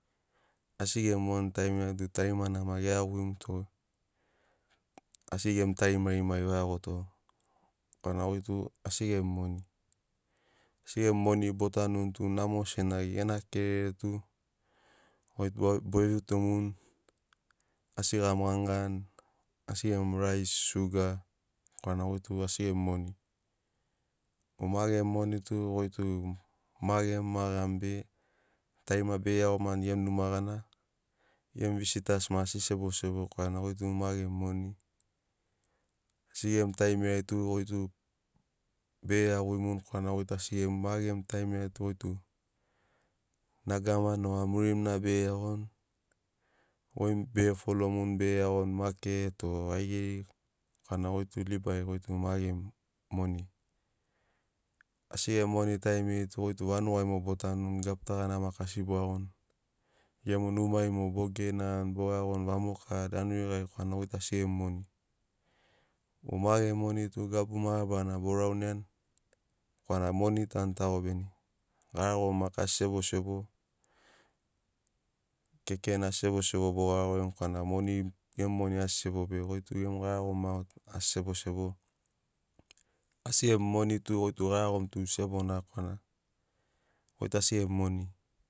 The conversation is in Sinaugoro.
Asi gemu moni taimiri ai tu tarimana maki ge iaguimuto asi gemu tarima rimai o iagoto korana goi tu asi gemu moni. Asi gemu moni bo tanuni tu namo senagi gena kerere tu goi tu be vitomuni asi gemu gani gani asi gemu rais shuga korana goi tu asi gemu moni o magemu moni tu goi tu ma gemu ma gamu be tarima bege iagomani gemu numa gana gemu visitas maki asi sebo sebo korana goi tu ma gemu moni. Asi gemu taimiri ai tu goi tu bege iagui muni korana goi tu asi gemu ma gemu taimiri ai tu nagama noga murimuna bege iagoni goi mogo bege folomuni bege iagoni maket o ai geri korana goi tu libari goi tu ma gemu moni. Asi gemu moni taimiri ai tu goi tu vanugai mogo bo tanuni gabu ta gana maki asi bo iagoni gemu numai mogo bo genani bo iagoni vamoka danuri gari korana goi tu asi gemu moni o ma gemu moni tu gabu mabarana bo rauniani korana moni tanu tago bene garagomu maki asi sebo sebo kekeni asi sebo sebo bo garagorini korana moni gemu moni asi sebo be goi tu gemu garagomu maki asi sebo sebo asi gemu moni tu goi tu garagomu tu sebona korana goi tu asi gemu moni